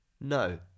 no